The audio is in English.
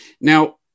now